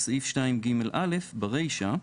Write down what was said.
בסעיף 2ג(א), ברישה,